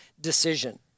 decision